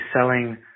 selling